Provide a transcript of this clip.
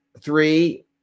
Three